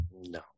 no